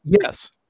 Yes